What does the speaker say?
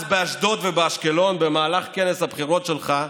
באשדוד ובאשקלון במהלך כנס הבחירות שלך,